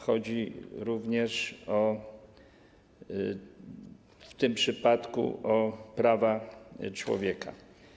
Chodzi również w tym przypadku o prawa człowieka.